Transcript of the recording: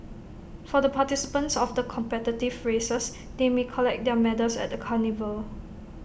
for the participants of the competitive races they may collect their medals at the carnival